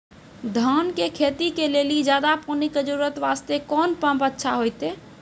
धान के खेती के लेली ज्यादा पानी के जरूरत वास्ते कोंन पम्प अच्छा होइते?